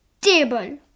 Table